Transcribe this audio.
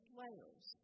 layers